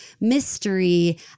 mystery